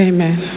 Amen